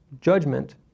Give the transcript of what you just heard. judgment